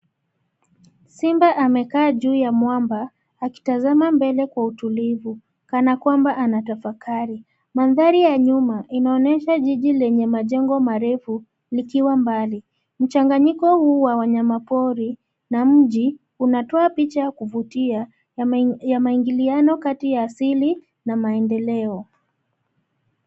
Simba amekaa juu ya mwamba, akitazama mbele kwa utulivu, kana kwamba anatafakari, mandhari ya nyuma inaonyesha jiji lenye majengo marefu, likiwa mbali, mchanganyiko huu wa wanyama pori, na mji, unatoa picha ya kuvutia, ya maingiliano kati ya asili, na maendeleo.